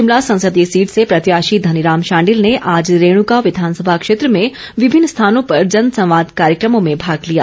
शिमला संसदीय सीट से प्रत्याशी धनीराम शांडिल ने आज रेणुका विधानसभा क्षेत्र में विभिन्न स्थानों पर जन संवाद कार्यक्रमों में भाग लिया